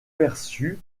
perçue